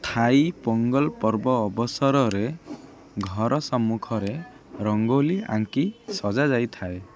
ଥାଇ ପୋଙ୍ଗଲ ପର୍ବ ଅବସରରେ ଘର ସମ୍ମୁଖରେ ରଙ୍ଗୋଲି ଆଙ୍କି ସଜାଯାଇଥାଏ